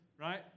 right